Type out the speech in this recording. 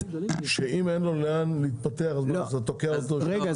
-- שאם אין לו לאן להתפתח זה תוקע אותו -- רגע,